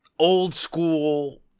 old-school